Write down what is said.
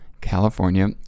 California